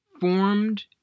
formed